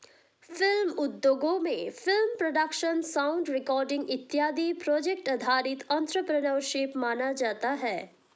film उद्योगों में film production sound recording इत्यादि प्रोजेक्ट आधारित एंटरप्रेन्योरशिप माना जाता है